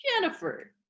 Jennifer